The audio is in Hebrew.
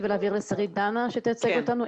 ולהעביר אותה לשרית דנה שתייצג אותנו,